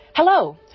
Hello